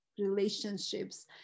relationships